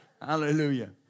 Hallelujah